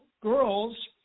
girls